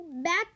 back